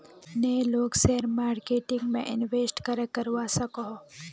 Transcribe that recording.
नय लोग share marketing में इंवेस्ट करे करवा सकोहो?